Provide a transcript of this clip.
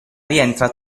rientra